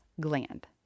gland